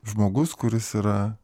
žmogus kuris yra